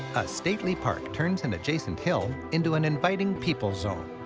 a stately park turns an adjacent hill into an inviting people zone.